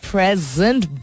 Present